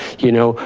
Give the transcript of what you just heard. you know,